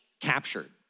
captured